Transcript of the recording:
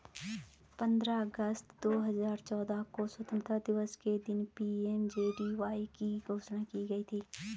पंद्रह अगस्त दो हजार चौदह को स्वतंत्रता दिवस के दिन पी.एम.जे.डी.वाई की घोषणा की गई थी